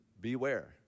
beware